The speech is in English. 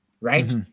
right